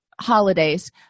holidays